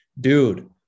Dude